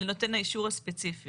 לנותן האישור הספציפי.